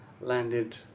landed